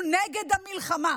והוא נגד המלחמה,